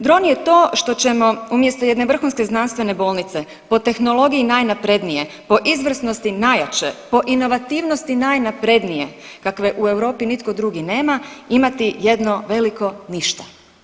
Dron je to što ćemo umjesto jedne vrhunske znanstvene bolnice po tehnologiji najnaprednije, po izvrsnosti najjače, po inovativnosti najnaprednije kakve u Europi nitko drugi nema imati jedno veliko ništa.